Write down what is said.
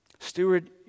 steward